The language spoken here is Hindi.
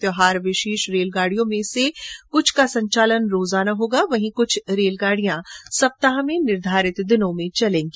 त्योहार विशेष रेलगाडियों में से कुछ का संचालन रोजाना होगा वहीं कुछ रेलगाडियां सप्ताह में निर्धारित दिनों में चलेंगी